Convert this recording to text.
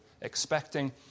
expecting